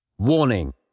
Warning